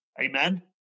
Amen